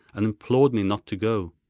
and implored me not to go.